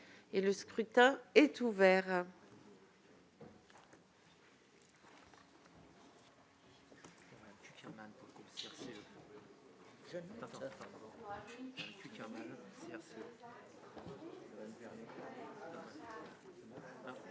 Le scrutin est ouvert.